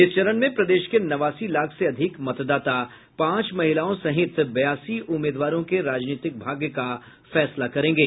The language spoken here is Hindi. इस चरण में प्रदेश के नवासी लाख से अधिक मतदाता पांच महिलाओं सहित बयासी उम्मीदवारों के राजनीतिक भाग्य का फैसला करेंगे